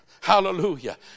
Hallelujah